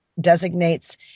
designates